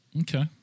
Okay